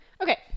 Okay